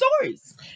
stories